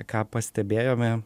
ką pastebėjome